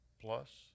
plus